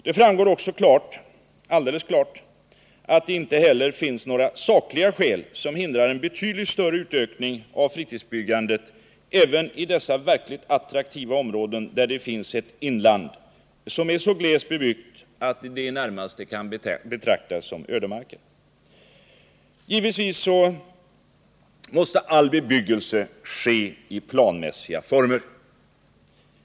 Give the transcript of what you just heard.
Det framgår också alldeles klart att det inte heller finns några sakliga skäl som hindrar en betydligt större utökning av fritidsbyggandet även i dessa verkligt attraktiva områden där det finns ett inland som är så glest bebyggt att det närmast är att betrakta som ödemarker. Givetvis måste all bebyggelse ske i planmässiga former.